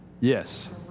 yes